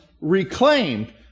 reclaimed